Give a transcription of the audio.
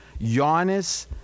Giannis